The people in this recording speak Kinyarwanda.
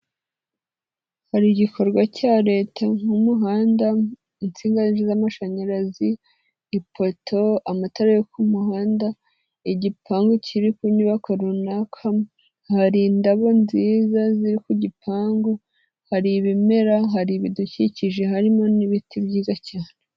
Hari igikorwa cya leta nk'umuhanda, insinga z'amashanyarazi, ipoto, amatara yo ku muhanda, igipangu kiri ku nyubako runaka, hari indabo nziza ziri ku gipangu, hari ibimera, hari ibidukikije harimo n'ibiti byiza cyane.